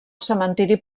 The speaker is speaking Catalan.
cementiri